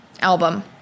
album